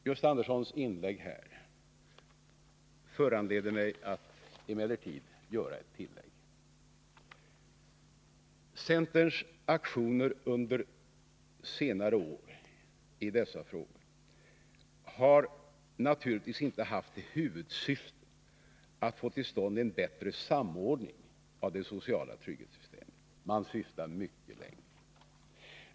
Gösta Anderssons anförande föranleder mig emellertid att göra ett tillägg. Centerns aktioner under senare år i dessa frågor har naturligtvis inte haft till huvudsyfte att få till stånd en bättre samordning av det sociala trygghetssystemet. Man syftar mycket längre.